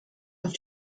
auf